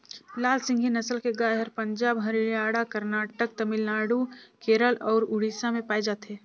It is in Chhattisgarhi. लाल सिंघी नसल के गाय हर पंजाब, हरियाणा, करनाटक, तमिलनाडु, केरल अउ उड़ीसा में पाए जाथे